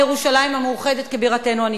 על ירושלים המאוחדת כבירתנו הנצחית.